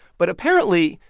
but, apparently,